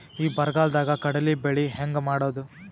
ಈ ಬರಗಾಲದಾಗ ಕಡಲಿ ಬೆಳಿ ಹೆಂಗ ಮಾಡೊದು?